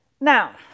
Now